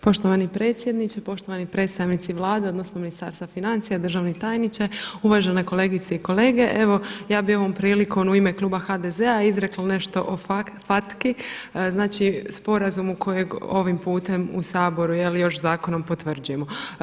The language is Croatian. Poštovani predsjedniče, poštovani predstavnici Vlade odnosno Ministarstva financija, državni tajniče, uvažene kolegice i kolege evo ja bi ovom prilikom u ime kluba HDZ-a izrekla nešto o FACTA, znači sporazumu kojeg ovim putem u Saboru još zakonom potvrđujemo.